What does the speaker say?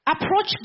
approach